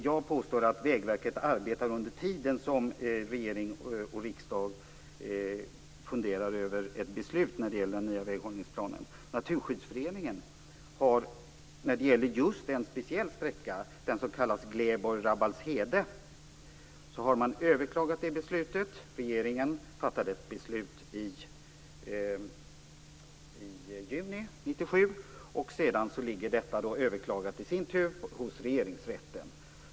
Jag påstår att Vägverket arbetar under tiden som regering och riksdag funderar över ett beslut om den nya väghållningsplanen. Naturskyddsföreningen har i fråga om sträckan Gläborg-Rabbalshede överklagat beslutet. Regeringen fattade ett beslut i juni 1997, och detta har sedan överklagats hos Regeringsrätten.